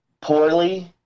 poorly